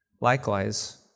Likewise